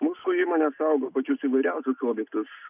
mūsų įmonė saugo pačius įvairiausius produktus